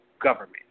government